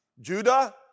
Judah